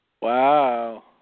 Wow